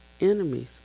enemies